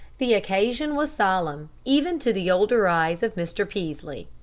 the occasion was solemn even to the older eyes of mr. peaslee.